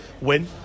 win